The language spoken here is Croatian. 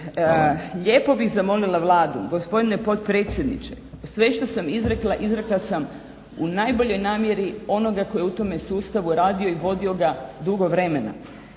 Lijepo bih zamolila Vladu gospodine potpredsjedniče sve što sam izrekla, izrekla sam u najboljoj namjeri onoga tko je u tome sustavu radio i vodio ga dugo vremena.